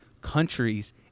countries